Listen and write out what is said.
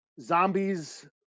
zombies